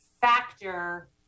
factor